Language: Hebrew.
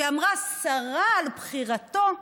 שדיברה סרה על בחירתו,